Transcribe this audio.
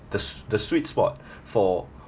the swe~ the sweet spot for